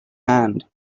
hand